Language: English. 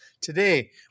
Today